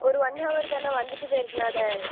ஒரு one hour தான் வந்துட்டு போயிருக்கலாம்